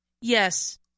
Yes